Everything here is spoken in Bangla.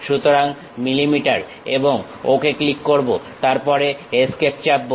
সুতরাং মিলিমিটার এবং ওকে ক্লিক করব তারপরে এস্কেপ চাপবো